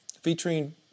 featuring